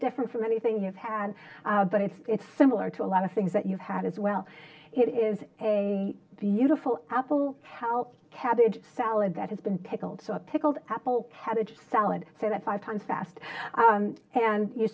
different from anything you've had but it's it's similar to a lot of things that you had as well it is a beautiful apple help cabbage salad that has been pickled so a pickled apple had a salad say that five times fast and you